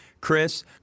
Chris